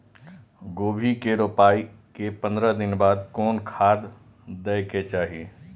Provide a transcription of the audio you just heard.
गोभी के रोपाई के पंद्रह दिन बाद कोन खाद दे के चाही?